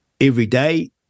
everyday